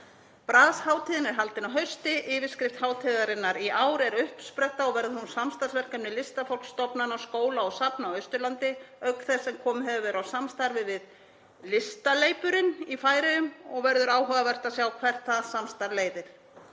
BRAS-hátíðin er haldin að hausti. Yfirskrift hátíðarinnar í ár er uppspretta og verður hún samstarfsverkefni listafólks, stofnana, skóla og safna á Austurlandi auk þess sem komið hefur verið á samstarfi við Listaleypurin í Færeyjum og verður áhugavert að sjá hvert það samstarf leiðir.